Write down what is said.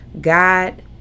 god